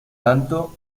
tanto